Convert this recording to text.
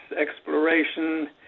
exploration